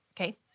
Okay